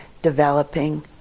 developing